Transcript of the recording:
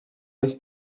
hay